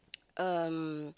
um